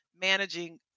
managing